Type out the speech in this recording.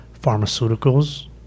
Pharmaceuticals